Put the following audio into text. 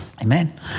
Amen